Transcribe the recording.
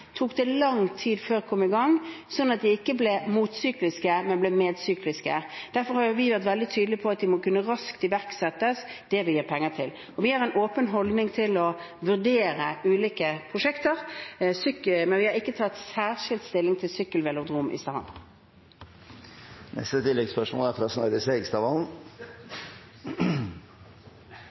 tok det lang tid før kom i gang, og da ble de ikke motsykliske, men medsykliske. Derfor har vi vært veldig tydelige på at det vi gir penger til, må raskt kunne iverksettes. Vi har en åpen holdning til å vurdere ulike prosjekter, men vi har ikke tatt særskilt stilling til sykkelvelodrom i Stavanger. Snorre Serigstad Valen – til oppfølgingsspørsmål. Det må gjøre inntrykk å være arbeidsløs og høre en regjering som er